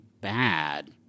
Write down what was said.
bad